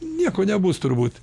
nieko nebus turbūt